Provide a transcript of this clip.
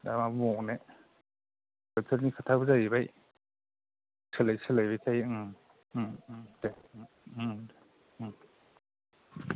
दा मा बुंबावनो बोथोरनि खोथाबो जाहैबाय सोलाय सोलायबाय थायो ओं दे